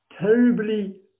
terribly